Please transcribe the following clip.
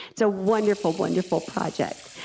it's a wonderful, wonderful project.